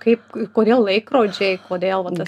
kaip kodėl laikrodžiai kodėl va tas